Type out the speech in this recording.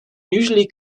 usually